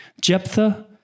Jephthah